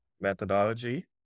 methodology